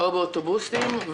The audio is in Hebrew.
או באוטובוסים,